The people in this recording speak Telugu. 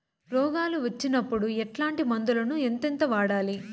రోగాలు వచ్చినప్పుడు ఎట్లాంటి మందులను ఎంతెంత వాడాలి?